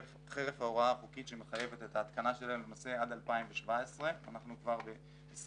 חרף ההוראה החוקית שמחייבת את ההתקנה שלהם עד 2017. אנחנו כבר ב-2020.